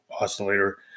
oscillator